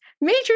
major